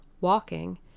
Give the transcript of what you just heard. walking